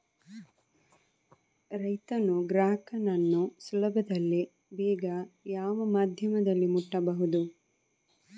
ರೈತನು ಗ್ರಾಹಕನನ್ನು ಸುಲಭದಲ್ಲಿ ಬೇಗ ಯಾವ ಮಾಧ್ಯಮದಲ್ಲಿ ಮುಟ್ಟಬಹುದು?